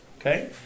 okay